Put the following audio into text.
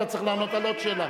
אתה צריך לענות על עוד שאלה.